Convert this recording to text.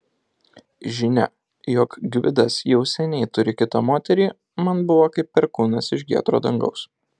žinia jog gvidas jau seniai turi kitą moterį man buvo kaip perkūnas iš giedro dangaus